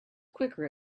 quicker